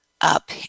up